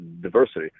diversity